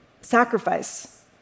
sacrifice